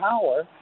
power